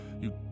You-